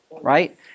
right